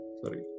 sorry